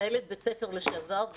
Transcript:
כמנהלת בית ספר לשעבר אני מזועזעת.